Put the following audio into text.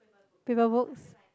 paper books